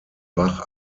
bach